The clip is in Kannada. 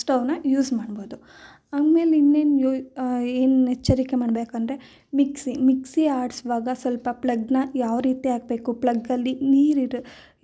ಸ್ಟವ್ನ ಯೂಸ್ ಮಾಡ್ಬೋದು ಆಮೇಲೆ ಇನ್ನೇನು ಏನು ಎಚ್ಚರಿಕೆ ಮಾಡಬೇಕಂದ್ರೆ ಮಿಕ್ಸಿ ಮಿಕ್ಸಿ ಆಡಿಸ್ವಾಗ ಸ್ವಲ್ಪ ಪ್ಲಗ್ನ ಯಾವ ರೀತಿ ಹಾಕ್ಬೇಕು ಪ್ಲಗ್ಗಲ್ಲಿ ನೀರಿರ